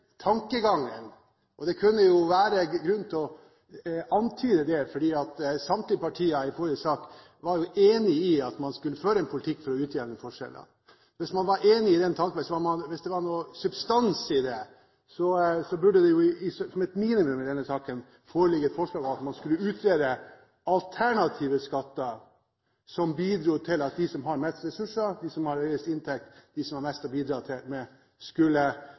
tankegangen – det kan jo være grunn til å antyde det, for samtlige partier var i forrige sak enig i at man skulle føre en politikk for å utjevne forskjeller, hvis det var noen substans i det, burde det som et minimum i denne saken foreligge et forslag om at man skulle utrede alternative skatter som bidro til at de som har mest ressurser – de som har høyest inntekt, de som har mest å bidra med – fikk skatter som et alternativ til